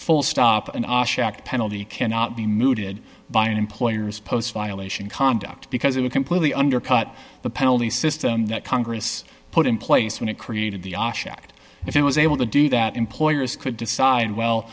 full stop and penalty cannot be mooted by employers post violation conduct because it would completely undercut the penalty system that congress put in place when it created the act if it was able to do that employers could decide well